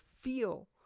feel